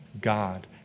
God